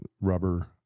rubber